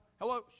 hello